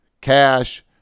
cash